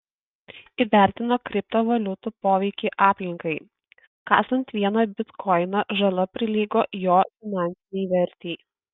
įvertino kriptovaliutų poveikį aplinkai kasant vieną bitkoiną žala prilygo jo finansinei vertei